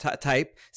type